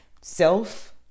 self